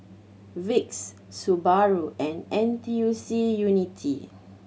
Vicks Subaru and N T U C Unity